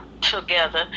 together